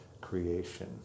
creation